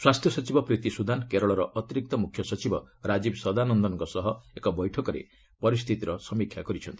ସ୍ୱାସ୍ଥ୍ୟ ସଚିବ ପ୍ରୀତି ସୁଦାନ୍ କେରଳ ଅତିରିକ୍ତ ମୁଖ୍ୟ ସଚିବ ରାଜୀବ ସଦାନନ୍ଦନଙ୍କ ସହ ଏକ ବୈଠକରେ ପରିସ୍ଥିତିର ସମୀକ୍ଷା କରିଛନ୍ତି